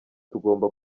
tugomba